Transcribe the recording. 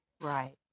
Right